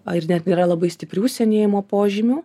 ar net nėra labai stiprių senėjimo požymių